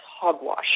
hogwash